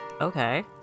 okay